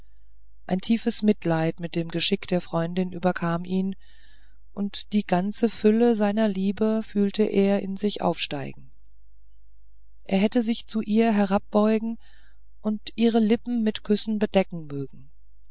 ein tiefes mitleid mit dem geschick der freundin überkam ihn und die ganze fülle seiner liebe fühlte er in sich aufsteigen er hätte sich zu ihr herabbeugen und ihre lippen mit küssen bedecken mögen